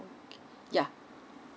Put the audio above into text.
okay yeah